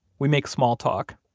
we make small talk.